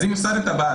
אז אם הפסדת בה,